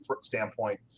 standpoint